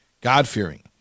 God-fearing